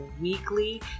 weekly